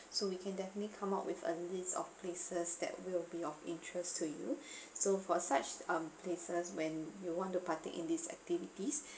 so we can definitely come up with a list of places that will be of interest to you so for such um places when you want to partake in these activities